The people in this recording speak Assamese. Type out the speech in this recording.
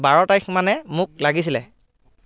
বাৰ তাৰিখ মানে মোক লাগিছিলে